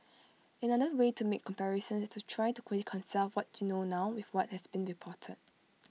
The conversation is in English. another way to make comparisons is to try to reconcile what you know now with what has been reported